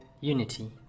unity